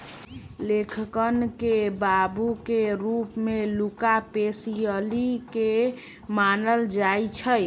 लेखांकन के बाबू के रूप में लुका पैसिओली के मानल जाइ छइ